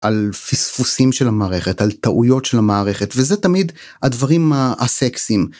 על פספוסים של המערכת, על טעויות של המערכת, וזה תמיד הדברים הסקסים.